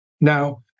Now